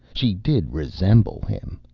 she did resemble him.